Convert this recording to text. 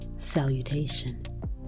salutation